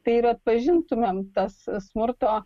tai yra atpažintumėm tas smurto